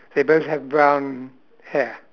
they both have brown hair